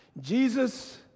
Jesus